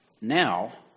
now